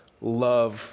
love